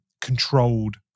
controlled